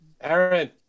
Aaron